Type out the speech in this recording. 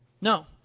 No